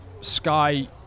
Sky